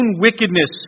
wickedness